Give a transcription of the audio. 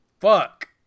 Fuck